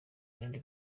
rindi